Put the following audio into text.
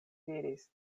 diris